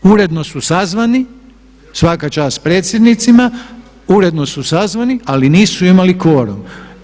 Uredno su sazvani, svaka čast predsjednicima, uredno su sazvani ali nisu imali kvorum.